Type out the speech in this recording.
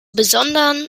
besonderen